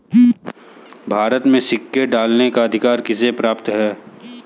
भारत में सिक्के ढालने का अधिकार किसे प्राप्त है?